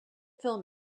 film